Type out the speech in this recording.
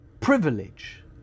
privilege